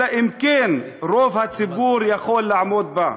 אלא אם כן רוב הציבור יכול לעמוד בה.